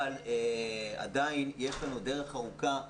אבל עדיין יש לנו דרך ארוכה.